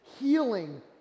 healing